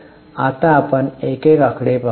आता आपण एक एक आकडे पाहू